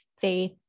faith